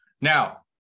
Now